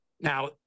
now